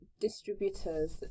distributors